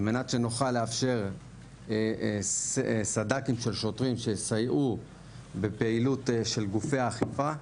על מנת שנוכל לאפשר סד"כים של שוטרים שיסייעו בפעילות של גופי האכיפה.